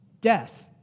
Death